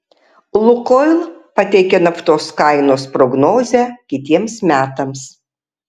lukoil pateikė naftos kainos prognozę kitiems metams